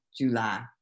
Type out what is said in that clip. July